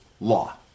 law